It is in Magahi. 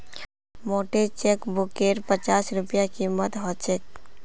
मोटे चेकबुकेर पच्चास रूपए कीमत ह छेक